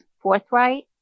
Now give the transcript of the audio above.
forthright